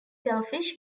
selfish